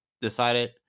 decided